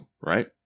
right